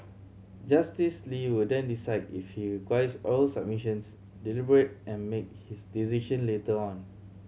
Justice Lee will then decide if he requires oral submissions deliberate and make his decision later on